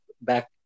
back